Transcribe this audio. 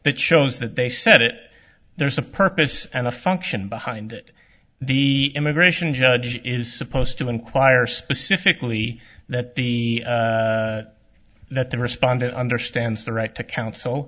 that shows that they said it there's a purpose and a function behind it the immigration judge is supposed to inquire specifically that the that the respondent understands the right to counsel